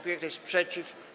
Kto jest przeciw?